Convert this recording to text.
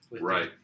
Right